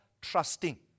Trusting